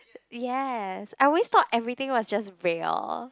yes I always thought everything was just real